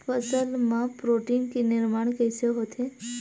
फसल मा प्रोटीन के निर्माण कइसे होथे?